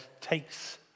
takes